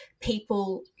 people